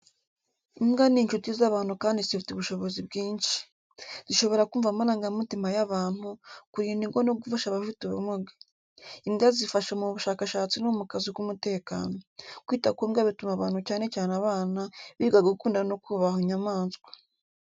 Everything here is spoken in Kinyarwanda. Imbwa ni inshuti z’abantu kandi zifite ubushobozi bwinshi. Zishobora kumva amarangamutima y’abantu, kurinda ingo no gufasha abafite ubumuga. Imbwa zifasha mu bushakashatsi no mu kazi k’umutekano. Kwita ku mbwa bituma abantu cyane cyane abana, biga gukunda no kubaha inyamanswa.